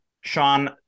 Sean